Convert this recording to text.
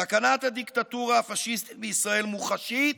סכנת הדיקטטורה הפשיסטית בישראל מוחשית